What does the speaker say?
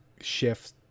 shift